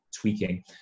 tweaking